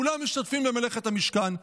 כולם משתתפים במלאכת המשכן.